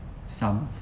some